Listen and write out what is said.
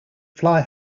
fly